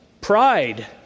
pride